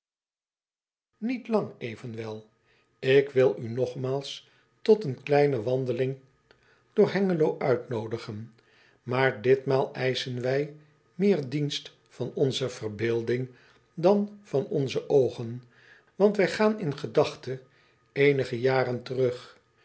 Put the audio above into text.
iet lang evenwel k wil u nogmaals tot een kleine wandeling door engelo uitnoodigen maar ditmaal eischen wij meer dienst van onze verbeelding dan van onze oogen want wij gaan in gedachte eenige jaren terug